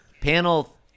Panel